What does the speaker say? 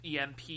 EMP